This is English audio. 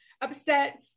upset